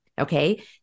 okay